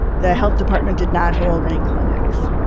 the health department did not hold any clinics.